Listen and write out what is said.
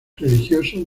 religioso